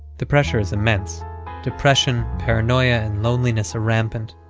the pressure is immense depression, paranoia, and loneliness are rampant.